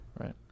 right